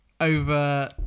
over